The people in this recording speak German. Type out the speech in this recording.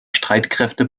streitkräfte